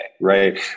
right